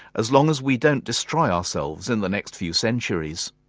as long as we don't destroy ourselves in the next few centuries.